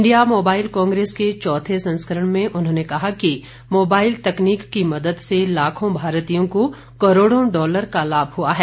India Mobile Congress के चौथे संस्करण में उन्होंने कहा कि मोबाइल तकनीक की मदद से लाखों भारतीयों को करोड़ों डॉलर का लाभ हुआ है